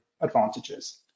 advantages